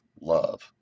love